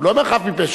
הוא לא אומר "חף מפשע",